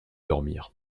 dormir